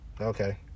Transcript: Okay